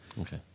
Okay